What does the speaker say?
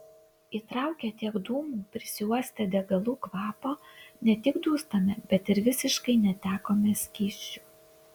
įtraukę tiek dūmų prisiuostę degalų kvapo ne tik dūstame bet ir visiškai netekome skysčių